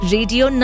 Radio